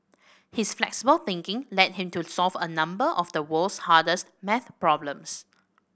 his flexible thinking led him to solve a number of the world's hardest maths problems